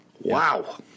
Wow